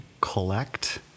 collect